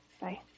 Bye